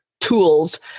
tools